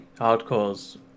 hardcores